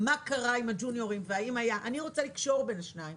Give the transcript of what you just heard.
מה קרה עם הג'וניורים והאם היה אני רוצה לקשור בין השניים